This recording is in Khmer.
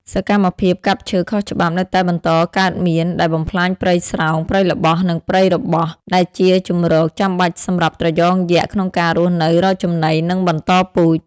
សកម្មភាពកាប់ឈើខុសច្បាប់នៅតែបន្តកើតមាន ដែលបំផ្លាញព្រៃស្រោង ព្រៃល្បោះ និងព្រៃរបោះ ដែលជាជម្រកចាំបាច់សម្រាប់ត្រយងយក្សក្នុងការរស់នៅ រកចំណី និងបន្តពូជ។